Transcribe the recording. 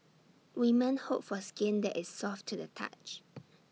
women hope for skin that is soft to the touch